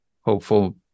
hopeful